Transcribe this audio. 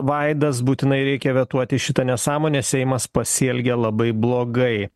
vaidas būtinai reikia vetuoti šitą nesąmonę seimas pasielgė labai blogai